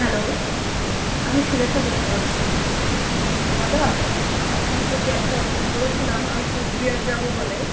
hello আমি সুলেখা দাস বলছি দাদা আপনার যে ক্যাবটা বুক করেছিলাম আমি কুচবিহার যাবো বলে